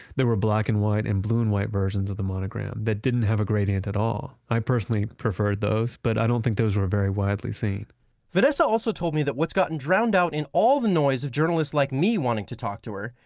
that were black and white and blue and white versions of the monogram that didn't have a gradient at all. i personally prefer those but i don't think those were very widely seen vanessa also told me that what's gotten drowned out in all the noise of journalists like me wanting to talk to her,